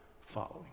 following